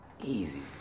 Easy